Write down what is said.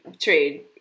trade